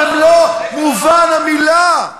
סיפוח במלוא מובן המילה.